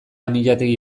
amillategi